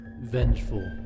vengeful